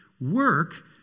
work